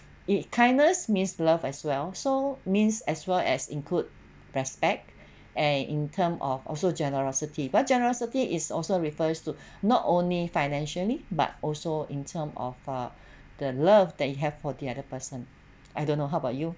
it kindness means love as well so means as well as include respect and in term of also generosity but generosity is also refers to not only financially but also in term of err the love that you have for the other person I don't know how about you